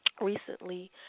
Recently